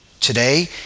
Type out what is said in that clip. Today